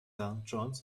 john’s